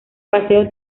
paseo